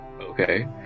Okay